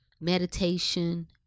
meditation